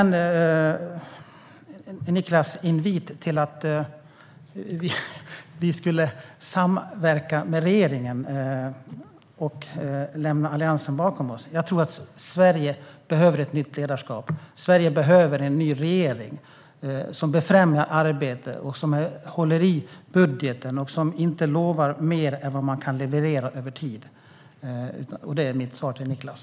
Niklas inbjöd till att vi skulle samverka med regeringen och lämna Alliansen bakom oss. Jag tror att Sverige behöver ett nytt ledarskap. Sverige behöver en ny regering som befrämjar arbete, som håller i budgeten och som inte lovar mer än vad den kan leverera över tid. Detta är mitt svar till Niklas.